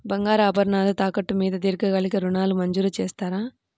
బంగారు ఆభరణాలు తాకట్టు మీద దీర్ఘకాలిక ఋణాలు మంజూరు చేస్తారా?